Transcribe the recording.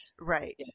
Right